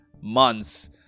months